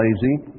lazy